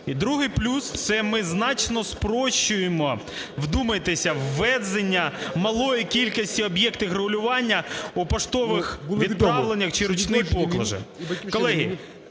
І другий плюс – це ми значно спрощуємо, вдумайтеся, ввезення малої кількості об'єктів регулювання у поштових відправленнях чи ручних покладах. Колеги,